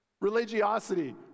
Religiosity